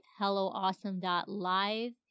helloawesome.live